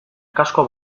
kasko